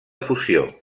fusió